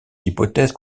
hypothèses